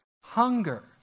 hunger